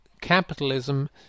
capitalism